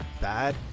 bad